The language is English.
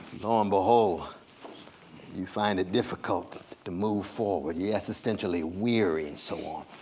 lo and behold you find it difficult to move forward. you're existentially weary and so on.